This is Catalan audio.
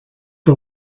que